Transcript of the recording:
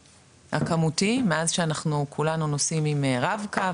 הכמותיים מאז שאנחנו כולנו נוסעים עם רב-קו,